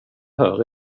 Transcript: hör